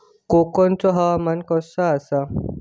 कोकनचो हवामान कसा आसा?